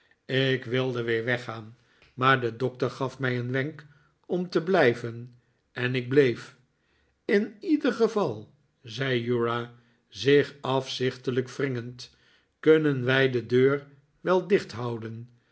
ik wilde weer weggaan maar de doctor gaf mij een wenk om te blijven en ik bleef in ieder geval zei uriah zich afzichtelijk wringend kunnen wij de deur wel